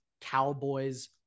Cowboys